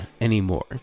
anymore